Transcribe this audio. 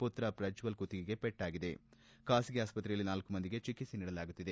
ಮತ್ರ ಪ್ರಜ್ವಲ್ ಕುತ್ತಿಗೆಗೆ ಪೆಟ್ಟಾಗಿದೆ ಖಾಸಗಿ ಆಸ್ಪತ್ರೆಯಲ್ಲಿ ನಾಲ್ಕು ಮಂದಿಗೆ ಚಿಕಿತ್ಸೆ ನೀಡಲಾಗುತ್ತಿದೆ